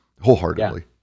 wholeheartedly